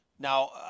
Now